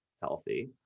healthy